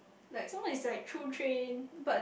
so what is like to train